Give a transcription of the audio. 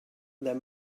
that